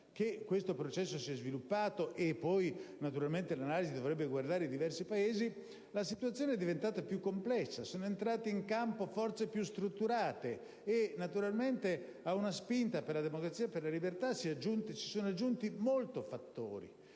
che questo processo si è sviluppato - naturalmente l'analisi dovrebbe riguardare i diversi Paesi - la situazione è diventata più complessa. Sono entrate in campo forze più strutturate e naturalmente alla spinta per la democrazia e la libertà si sono aggiunti molti fattori.